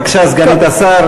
בבקשה, סגנית השר.